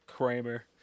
kramer